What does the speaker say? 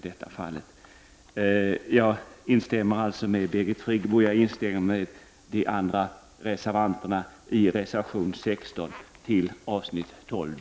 Jag instämmer med vad Birgit Friggebo har sagt, liksom jag instämmer med vad övriga reservanter säger i reservation 16, avsnitt 12 d.